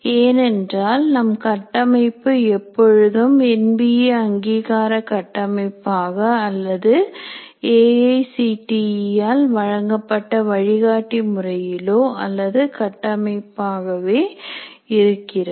ஏனென்றால் நம் கட்டமைப்பு எப்பொழுதும் என்பிஏ அங்கீகார கட்டமைப்பாக அல்லது A I C T E ஆல் வழங்கப்பட்ட வழிகாட்டி முறையிலோ அல்லது கட்டமைப்பாகவே இருக்கிறது